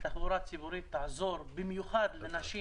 התחבורה הציבורית תעזור במיוחד לנשים